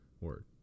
Word